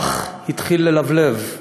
\ אך התחיל ללבלב,